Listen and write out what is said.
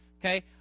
Okay